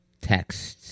text